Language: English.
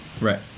Right